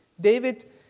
David